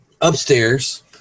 Upstairs